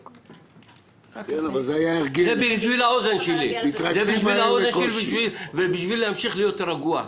זה בשביל האוזן שלי ובשביל להמשיך להיות רגוע.